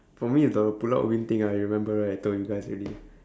for me it's the pulau ubin thing ah you remember right I told you guys already